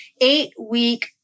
eight-week